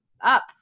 up